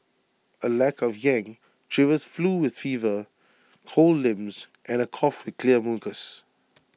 A lack of yang she was flu with fever cold limbs and A cough with clear mucus